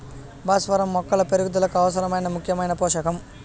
భాస్వరం మొక్కల పెరుగుదలకు అవసరమైన ముఖ్యమైన పోషకం